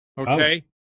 Okay